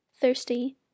thirsty